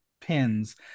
pins